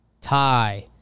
Tie